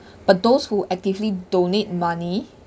but those who actively donate money